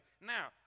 Now